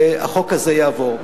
החוק הזה יעבור.